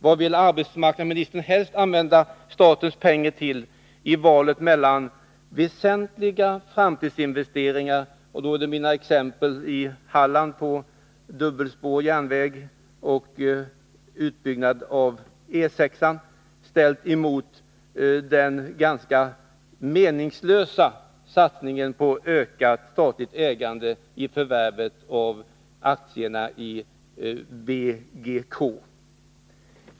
Vad vill arbetsmarknadsministern helst använda statens pengar till, väsentliga framtidsinvesteringar eller till att öka det statliga ägandet? Mitt exempel från Halland var dubbelspårig järnväg och utbyggnad av E 6 ställt mot den ganska meningslösa satsningen på ökat statligt ägande i förvärvet av aktierna i BGK.